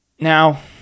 Now